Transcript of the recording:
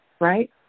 Right